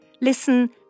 listen